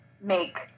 make